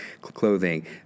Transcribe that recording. clothing